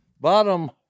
Bottom